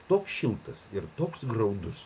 toks šiltas ir toks graudus